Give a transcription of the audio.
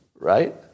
Right